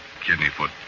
Kidneyfoot